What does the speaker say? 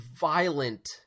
violent